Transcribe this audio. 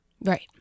Right